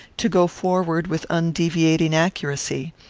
to go forward with undeviating accuracy.